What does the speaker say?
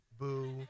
Boo